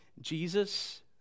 Jesus